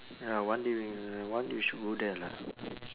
ya one day we one day we should go there lah